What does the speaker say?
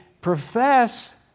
profess